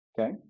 Okay